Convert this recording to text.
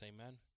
Amen